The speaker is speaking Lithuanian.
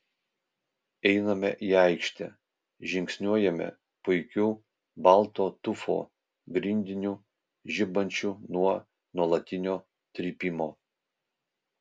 einame į aikštę žingsniuojame puikiu balto tufo grindiniu žibančiu nuo nuolatinio trypimo